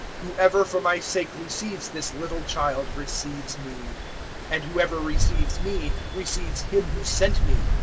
whoever for my sake receives this little child, receives me and whoever receives me, receives him who sent me.